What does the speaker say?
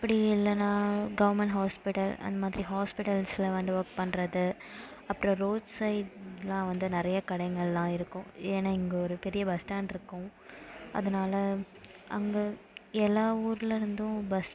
அப்படி இல்லைன்னா government hospital அந்தமாதிரி ஹாஸ்பிட்டல்ஸ்ல வந்து ஒர்க் பண்ணுறது அப்புறம் ரோட் சைட்லாம் வந்து நிறைய கடைங்கலாம் இருக்கும் ஏன்னா இங்கே ஒரு பெரிய பஸ் ஸ்டாண்ட் இருக்கும் அதனால அங்கே எல்லா ஊர்லேயிருந்தும் பஸ்